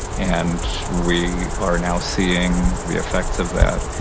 and we are now seeing the effects of that.